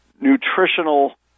nutritional